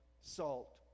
salt